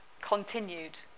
continued